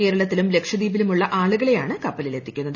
കേരളത്തിലും ലക്ഷദ്വീപിലുമുള്ള ആളുകളെയാണ് കപ്പലിലെത്തിക്കുന്നത്